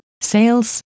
sales